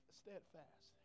steadfast